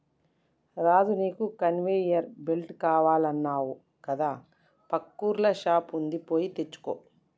రాజు నీకు conveyor belt కావాలన్నావు కదా పక్కూర్ల షాప్ వుంది పోయి తెచ్చుకో